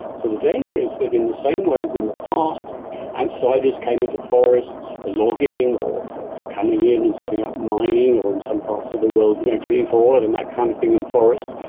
so the danger is that in the same ways in the past outsiders came into forests for logging or for for coming in and setting up mining or in some parts of the world you know drilling for oil and that kind of thing in forests,